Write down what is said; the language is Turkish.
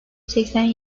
seksen